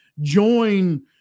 join